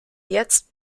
jetzt